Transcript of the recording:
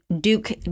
Duke